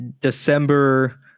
December